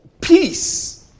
peace